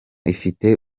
ifite